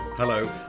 Hello